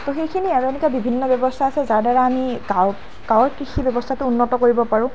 তো সেইখিনিয়ে আৰু এনেকুৱা বিভিন্ন ব্যৱস্থা আছে যাৰ দ্বাৰা আমি গাঁৱৰ গাঁৱৰ কৃষি ব্যৱস্থাটো উন্নত কৰিব পাৰোঁ